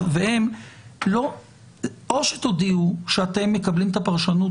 או שתודיעו שאתם מקבלים את הפרשנות